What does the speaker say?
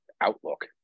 outlook